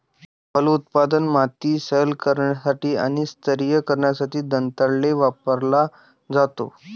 फलोत्पादनात, माती सैल करण्यासाठी आणि स्तरीय करण्यासाठी दंताळे वापरला जातो